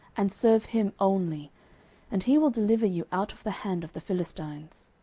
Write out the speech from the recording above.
and serve him only and he will deliver you out of the hand of the philistines.